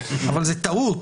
אבל זה טעות,